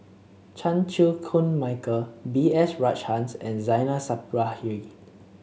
Chan Chew Koon Michael B S Rajhans and Zainal Sapari